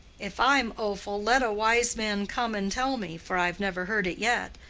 if i'm offal, let a wise man come and tell me, for i've never heard it yet.